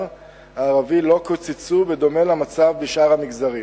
הערבי לא קוצצו בדומה למצב בשאר המגזרים,